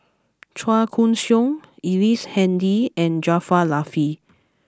Chua Koon Siong Ellice Handy and Jaafar Latiff